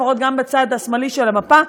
לפחות גם בצד השמאלי של המפה,